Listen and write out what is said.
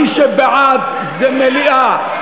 מי שבעד זה מליאה,